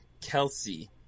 Kelsey